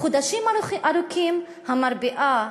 חודשים ארוכים המרפאה ברהט,